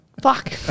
fuck